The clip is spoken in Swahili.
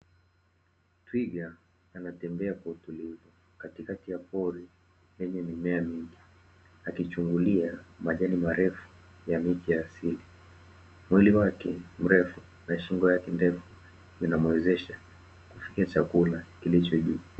Twiga anatembea kwa utulivu katikati ya pori lenye mimea mingi, akichungulia majani marefu ya miti ya asili, mwili wake mrefu na shingo yake ndefu vinamuwezesha kufikia chakula kilichopo juu.